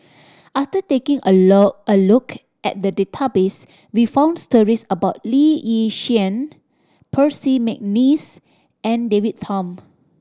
after taking a a look at the database we found stories about Lee Yi Shyan Percy McNeice and David Tham